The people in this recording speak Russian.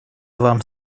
вам